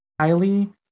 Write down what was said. highly